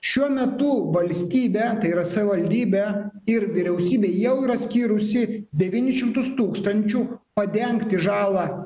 šiuo metu valstybė tai yra savivaldybė ir vyriausybė jau yra skyrusi devynis šimtus tūkstančių padengti žalą